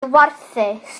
warthus